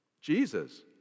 Jesus